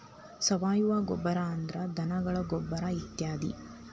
ಸಾವಯುವ ಗೊಬ್ಬರಾ ಅಂದ್ರ ಧನಗಳ ಗೊಬ್ಬರಾ ಇತ್ಯಾದಿ